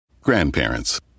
Grandparents